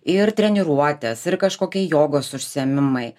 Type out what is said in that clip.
ir treniruotės ir kažkokie jogos užsiėmimai